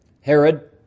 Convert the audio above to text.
Herod